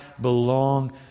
belong